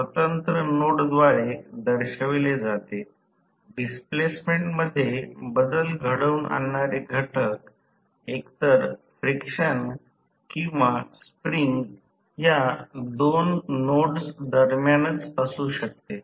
जर यास गणित बनवून वास्तविक आणि काल्पनिक भाग वेगळे केले तर या रूपात Rf j x f बनवून वास्तविक वेगळे केले जाऊ शकते